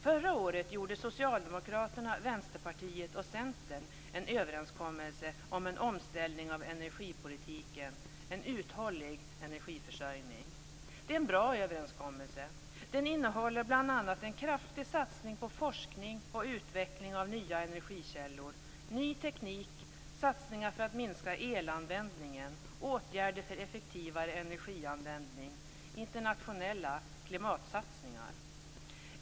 Förra året träffade Socialdemokraterna, Vänsterpartiet och Centern en överenskommelse om en omställning av energipolitiken för en uthållig energiförsörjning. Det är en bra överenskommelse. Den innehåller bl.a. en kraftig satsning på forskning och utveckling av nya energikällor, ny teknik, satsningar för att minska elanvändningen, åtgärder för effektivare energianvändning och internationella klimatsatsningar.